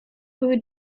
who